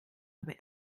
aber